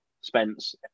Spence